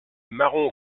marron